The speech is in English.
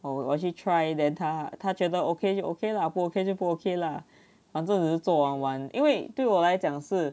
oh 我去 try then 他他觉得 okay 就 okay 啦不 okay 就不 okay lah 反正只是做玩玩因为对我来讲是